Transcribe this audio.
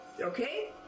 Okay